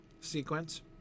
sequence